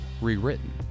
rewritten